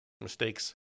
mistakes